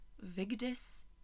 Vigdis